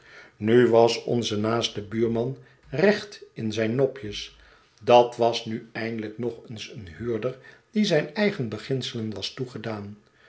nu was onze naaste buurman recht in zijn nopjes dat was nu eindelijk nog eens een huurder die zijn eigen beginselen was toegedaan